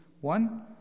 One